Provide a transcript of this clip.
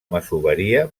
masoveria